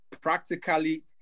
practically